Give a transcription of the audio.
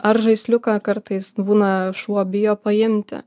ar žaisliuką kartais būna šuo bijo paimti